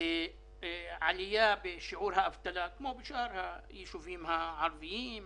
עלייה בשיעור האבטלה, כמו בשאר הישובים הערביים,